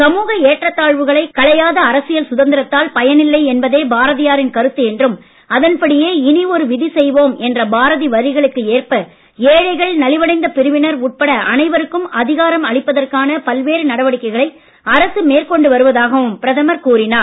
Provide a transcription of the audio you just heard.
சமூக ஏற்றத் தாழ்வுகளைக் களையாத அரசியல் சுதந்திரத்தால் பயனில்லை என்பதே பாரதியாரின் கருத்து என்றும் அதன் படியே இனி ஒரு விதி செய்வோம் என்ற பாரதி வரிகளுக்கு ஏற்ப ஏழைகள் நலிவடைந்த பிரிவினர் உட்பட அனைவருக்கும் அதிகாரம் அளிப்பதற்கான பல்வேறு நடவடிக்கைகளை அரசு மேற்கொண்டு வருவதாகவும் பிரதமர் கூறினார்